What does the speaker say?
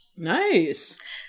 Nice